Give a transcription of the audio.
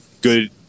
good –